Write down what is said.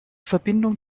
verbindung